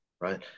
right